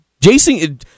Jason